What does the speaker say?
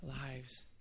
lives